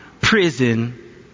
prison